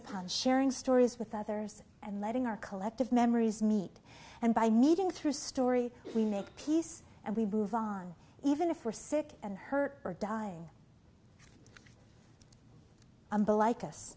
upon sharing stories with others and letting our collective memories meet and by meeting through story we make peace and we move on even if we're sick and hurt or dying i'm like us